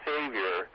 Savior